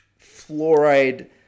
fluoride